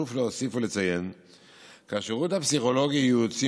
חשוב להוסיף ולציין כי השירות הפסיכולוגי-ייעוצי